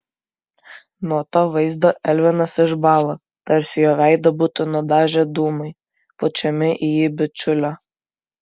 nuo to vaizdo elvinas išbąla tarsi jo veidą būtų nudažę dūmai pučiami į jį bičiulio